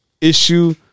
issue